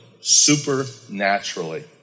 supernaturally